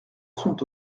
sont